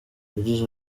yagize